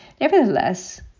Nevertheless